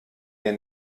mir